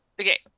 okay